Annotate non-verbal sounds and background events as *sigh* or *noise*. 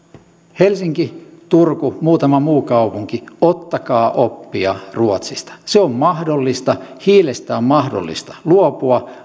helsinki turku muutama muu kaupunki ottakaa oppia ruotsista se on mahdollista hiilestä on mahdollista luopua *unintelligible*